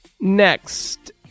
Next